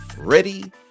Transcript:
Ready